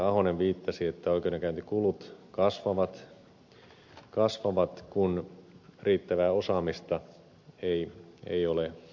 ahonen viittasi että oikeudenkäyntikulut kasvavat kun riittävää osaamista ei ole ollut